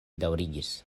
daŭrigis